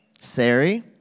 Sari